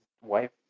wife